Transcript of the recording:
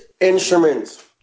instruments